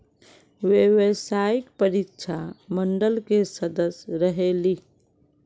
व्यावसायिक परीक्षा मंडल के सदस्य रहे ली?